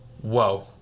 whoa